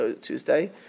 Tuesday